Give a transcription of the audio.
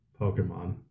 Pokemon